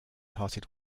parted